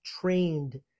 trained